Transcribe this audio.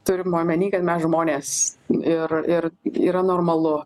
turima omenyje kad mes žmonės ir ir yra normalu